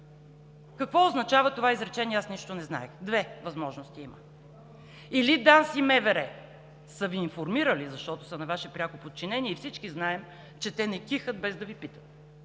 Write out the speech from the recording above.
Какво означава това изречение: аз нищо не знаех? Две възможности: или ДАНС и МВР са Ви информирали, защото са на Ваше пряко подчинение и всички знаем, че те не кихат, без да Ви питат,